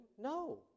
no